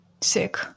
Sick